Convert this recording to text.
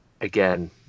again